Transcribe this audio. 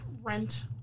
Rent